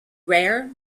rare